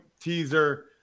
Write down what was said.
teaser